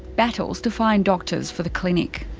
battles to find doctors for the clinic.